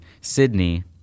sydney